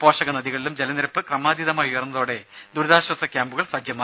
പോഷക നദികളിലും ജലനിരപ്പ് ക്രമാതീതമായി ഉയർന്നതോടെ ദുരിതാശ്വാസ ക്യാമ്പുകൾ സജ്ജമായി